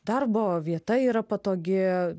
darbo vieta yra patogi